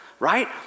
right